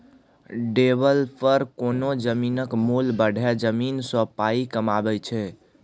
developer कोनो जमीनक मोल बढ़ाए जमीन सँ पाइ कमाबै छै